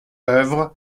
œuvre